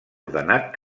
ordenat